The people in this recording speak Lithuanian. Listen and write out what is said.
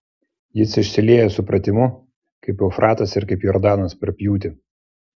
jis išsilieja supratimu kaip eufratas ir kaip jordanas per pjūtį